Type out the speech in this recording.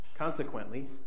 Consequently